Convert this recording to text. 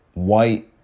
white